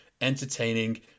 entertaining